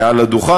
מעל הדוכן,